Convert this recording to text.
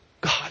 God